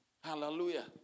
Hallelujah